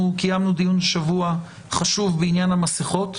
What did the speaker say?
אנחנו קיימנו דיון חשוב השבוע בעניין המסכות,